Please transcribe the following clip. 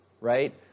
right